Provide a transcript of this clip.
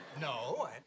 No